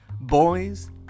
Boys